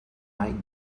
might